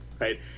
Right